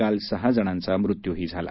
काल सहा जणांचा मृत्यू झाला